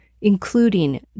including